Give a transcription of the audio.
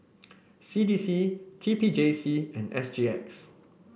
C D C T P J C and S G X